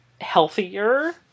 healthier